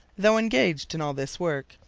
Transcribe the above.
though engaged in all this work,